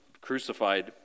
crucified